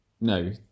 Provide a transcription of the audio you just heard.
No